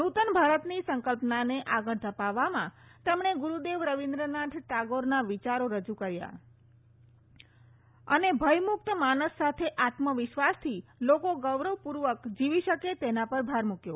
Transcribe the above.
નૂતન ભારતની સંકલ્પનાને આગળ ધપાવવામાં તેમણે ગુરુદેવ રવીન્દ્રનાથ ટાગોરના વિચારો રજૂ કર્યા અને ભયમુક્ત માનસ સાથે આત્મ વિશ્વાસથી લોકો ગૌરવપૂર્વક આત્મ સન્માનથી જીવી શકે તેની પર ભાર મૂક્યો